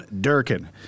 Durkin